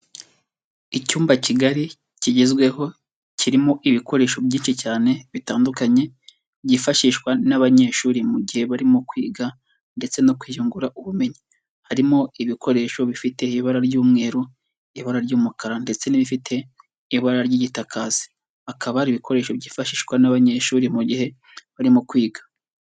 Icyumba kigari kigezweho kirimo ibikoresho byinshi cyane bitandukanye byifashishwa n'abanyeshuri mu gihe barimo kwiga ndetse no kwiyungura ubumenyi, harimo ibikoresho bifite ibara ry'umweru, ibara ry'umukara ndetse n'ibifite ibara ry'igitakazi, akaba ari ibikoresho byifashishwa n'abanyeshuri mu gihe barimo kwiga.